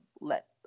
let